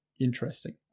interesting